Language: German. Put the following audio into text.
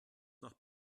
noch